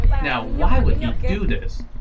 now, why would he do this?